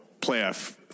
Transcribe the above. playoff